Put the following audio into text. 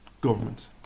government